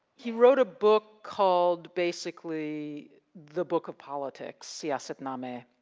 he wrote a book called basically the book of politics, siyasatnama.